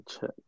check